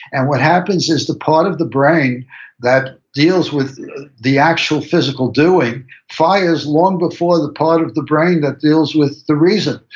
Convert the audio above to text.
and what happens is the part of the brain that deals with the actual physical doing fires long before the part of the brain that deals with the reason.